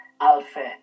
alpha